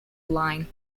line